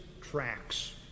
tracks